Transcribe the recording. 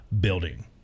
building